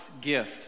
gift